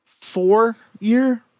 four-year